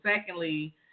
Secondly